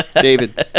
David